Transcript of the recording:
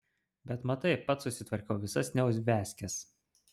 bet matai pats susitvarkiau visas neuviazkes